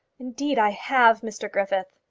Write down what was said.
indeed i have, mr griffith.